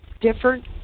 different